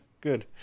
good